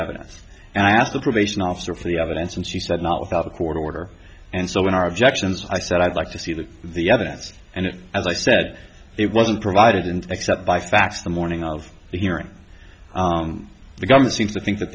evidence and i asked the probation officer for the other once and she said not without a court order and so in our objections i said i'd like to see the the evidence and as i said it wasn't provided and except by fax the morning of the hearing the government seems to think that